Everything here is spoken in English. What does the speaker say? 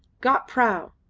got prau!